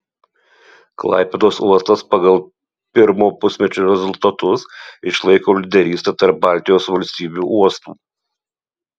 klaipėdos uostas pagal pirmo pusmečio rezultatus išlaiko lyderystę tarp baltijos valstybių uostų